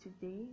today